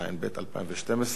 התשע"ב 2012,